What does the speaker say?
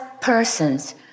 persons